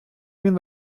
він